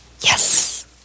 Yes